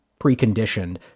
preconditioned